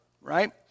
right